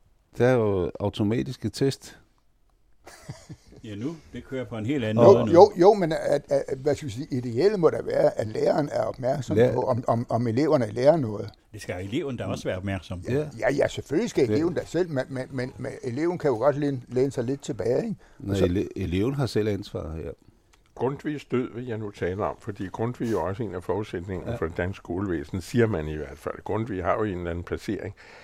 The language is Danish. Der er jo automatiske test. Ja, nu. Det kører på en helt anden Og- måde nu. jo, jo, jo, men at- at- hvad skal vi sige, ideelt må der være, at læreren er opmærksom Lærer- på, om- om- om eleverne lærer noget. Det skal eleven da Ja. også være opmærksom på. Ja. Ja, ja, selvfølgelig skal Det- eleven da selv, men- men- men- men eleven kan jo godt læne- læne sig lidt tilbage, ikke? Nå, Så- ele- eleven har selv ansvaret her. Grundtvigs død vil jeg nu tale om, fordi Grundtvig er jo også en af forudsætningerne Ja. for dansk skolevæsen, siger man i hvert fald. Grundtvig har jo en eller anden placering.